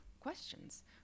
questions